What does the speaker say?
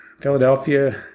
Philadelphia